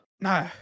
No